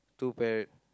two parrot